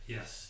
Yes